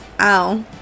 ow